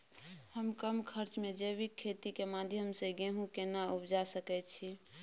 हम कम खर्च में जैविक खेती के माध्यम से गेहूं केना उपजा सकेत छी?